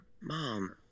Mom